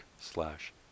slash